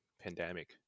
pandemic